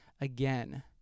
again